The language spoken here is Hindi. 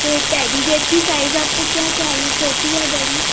तो टेडी बियर की साइज आपको क्या चाहिए छोटी या बड़ी